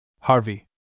Harvey